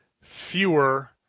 fewer